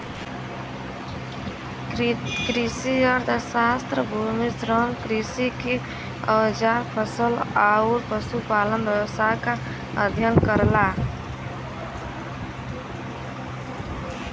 कृषि अर्थशास्त्र भूमि, श्रम, कृषि के औजार फसल आउर पशुपालन व्यवसाय क अध्ययन करला